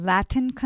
Latin